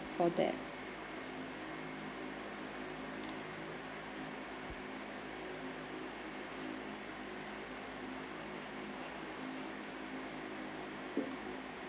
for that